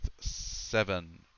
seven